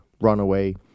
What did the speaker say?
runaway